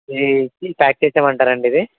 ఇదీ ప్యాక్ చేసేయమంటారండీ ఇది